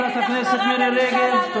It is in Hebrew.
חברת הכנסת מירי רגב.